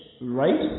right